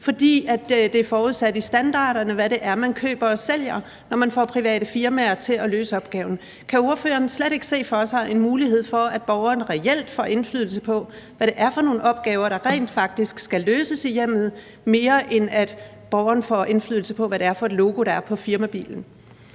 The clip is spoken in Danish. fordi det er forudsat i standarderne, hvad det er, man køber og sælger, når man får private firmaer til at løse opgaven. Kan ordføreren slet ikke se for sig en mulighed for, at borgeren reelt får indflydelse på, hvad det er for nogle opgaver, der rent faktisk skal løses i hjemmet, mere end at borgeren får indflydelse på, hvad det er for et logo, der er på firmabilen?